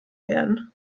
werden